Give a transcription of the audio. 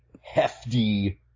hefty